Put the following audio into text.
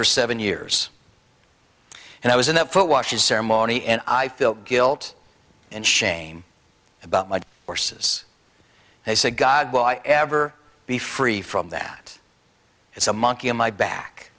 for seven years and i was in the foot washes ceremony and i felt guilt and shame about my horses they said god will i ever be free from that it's a monkey on my back